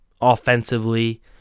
offensively